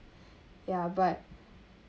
ya but